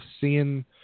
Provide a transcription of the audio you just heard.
seeing